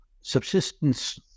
subsistence